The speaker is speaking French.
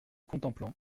contemplant